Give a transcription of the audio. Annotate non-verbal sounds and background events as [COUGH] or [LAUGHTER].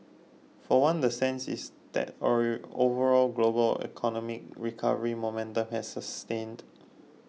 for one the sense is that [UNINTELLIGIBLE] overall global economic recovery momentum has sustained